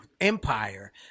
empire